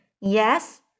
Yes